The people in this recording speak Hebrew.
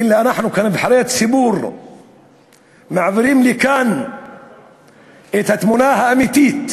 אלא אנחנו כנבחרי הציבור מעבירים לכאן את התמונה האמיתית